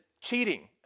cheating